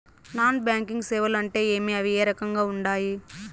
non banking సేవలు అంటే ఏమి అవి ఏ రకంగా ఉండాయి